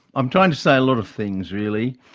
i'm trying to say a lot of things really.